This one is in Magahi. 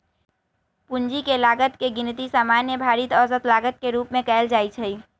पूंजी के लागत के गिनती सामान्य भारित औसत लागत के रूप में कयल जाइ छइ